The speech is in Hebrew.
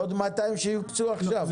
ועוד 200 שיוקצו עכשיו.